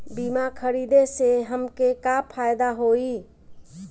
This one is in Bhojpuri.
बीमा खरीदे से हमके का फायदा होई?